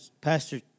Pastor